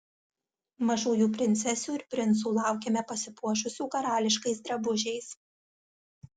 mažųjų princesių ir princų laukiame pasipuošusių karališkais drabužiais